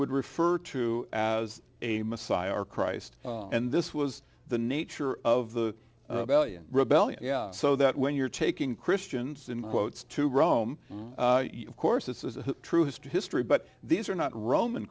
would refer to as a messiah or christ and this was the nature of the rebellion yeah so that when you're taking christians in quotes to rome of course this is true history history but these are not roman